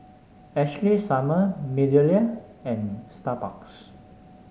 Ashley Summer MeadowLea and Starbucks